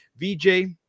VJ